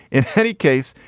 in any case,